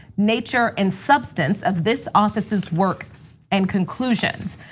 nature, and substance of this office's work and conclusions.